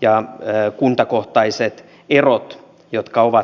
ja kuntakohtaiset erot jotka ovat suuria